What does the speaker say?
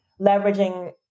leveraging